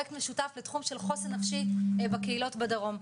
בפרויקט משותף בתחום של חוסן נפשי בקהילות בדרום.